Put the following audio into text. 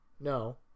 No